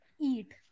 eat